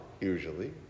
usually